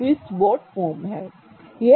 तो यह twist boat form है